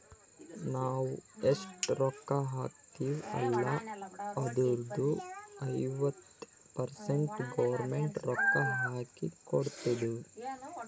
ನಾವ್ ಎಷ್ಟ ರೊಕ್ಕಾ ಹಾಕ್ತಿವ್ ಅಲ್ಲ ಅದುರ್ದು ಐವತ್ತ ಪರ್ಸೆಂಟ್ ಗೌರ್ಮೆಂಟ್ ರೊಕ್ಕಾ ಹಾಕಿ ಕೊಡ್ತುದ್